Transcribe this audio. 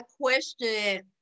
question